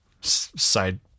side